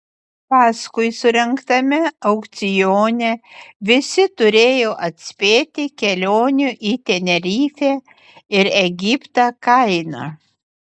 paskui surengtame aukcione visi turėjo atspėti kelionių į tenerifę ir egiptą kainą